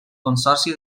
consorci